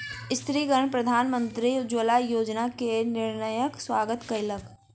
स्त्रीगण प्रधानमंत्री उज्ज्वला योजना के निर्णयक स्वागत कयलक